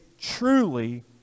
truly